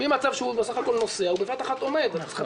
ממצב שהוא נוסע הוא בבת אחת עומד ואתה